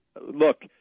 Look